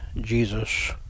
Jesus